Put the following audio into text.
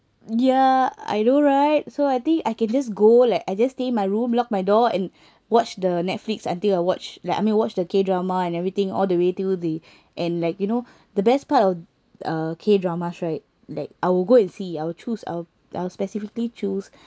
ya I know right so I think I can just go like I just stay in my room lock my door and watch the Netflix until I watch like I mean watch the k drama and everything all the way till the and like you know the best part of uh the k dramas right like I will go and see I'll choose I'll I'll specifically choose